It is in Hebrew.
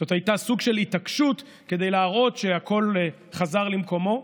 זה היה סוג של התעקשות כדי להראות שהכול חזר למקומו.